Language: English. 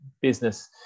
business